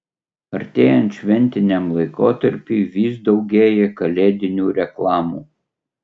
artėjant šventiniam laikotarpiui vis daugėja kalėdinių reklamų